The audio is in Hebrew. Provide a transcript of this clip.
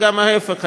וגם ההפך.